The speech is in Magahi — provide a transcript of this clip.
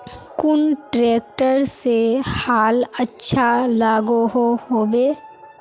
कुन ट्रैक्टर से हाल अच्छा लागोहो होबे?